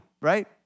right